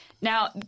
Now